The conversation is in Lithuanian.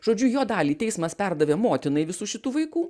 žodžiu jo dalį teismas perdavė motinai visų šitų vaikų